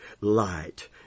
light